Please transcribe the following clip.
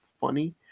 funny